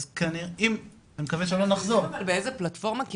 אבל באיזה פלטפורמה?